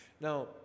Now